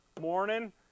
morning